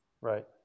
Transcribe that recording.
Right